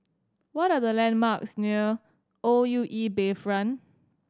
what are the landmarks near O U E Bayfront